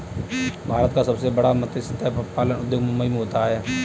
भारत का सबसे बड़ा मत्स्य पालन उद्योग मुंबई मैं होता है